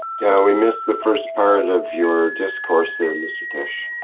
yeah, we missed the first part of your discourse there mr keshe.